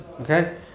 Okay